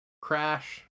crash